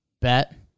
bet